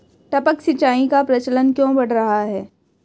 टपक सिंचाई का प्रचलन क्यों बढ़ रहा है?